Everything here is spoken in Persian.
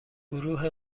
گروه